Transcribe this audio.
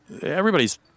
everybody's